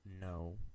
no